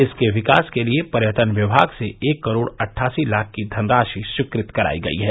इसके विकास के लिये पर्यटन विमाग से एक करोड़ अट्ठासी लाख की धनराशि स्वीकृत करायी गयी है